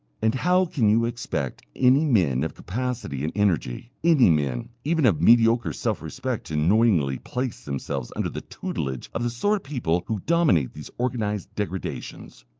and how can you expect any men of capacity and energy, any men even of mediocre self-respect to knowingly place themselves under the tutelage of the sort of people who dominate these organized degradations?